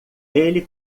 ele